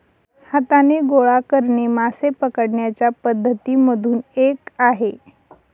हाताने गोळा करणे मासे पकडण्याच्या पद्धती मधून एक आहे